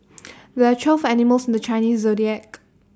there are twelve animals in the Chinese Zodiac